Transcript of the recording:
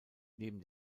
neben